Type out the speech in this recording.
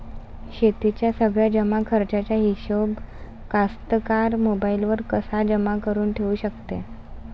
शेतीच्या सगळ्या जमाखर्चाचा हिशोब कास्तकार मोबाईलवर कसा जमा करुन ठेऊ शकते?